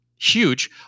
huge